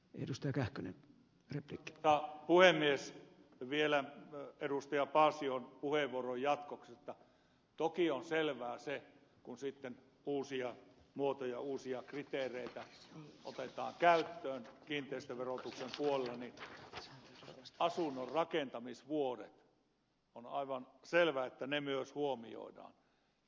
edustaja kähkönen ritva puhemies vielä edustaja paasion puheenvuoron jatkoksi että kun sitten uusia muotoja uusia kriteereitä otetaan käyttöön kiinteistöverotuksen puolella niin toki on aivan selvää että asunnon rakentamisvuodet myös huomioidaan